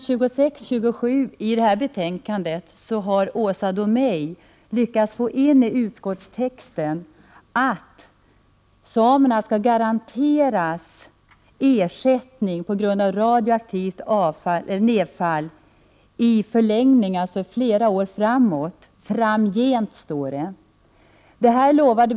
26-27 i detta betänkande har Åsa Domeij lyckats få utskottet att i sin skrivning ta med att samerna skall garanteras ersättning på grund av radioaktivt nedfall i förlängning, alltså under flera år framöver - framgent”, skriver utskottet.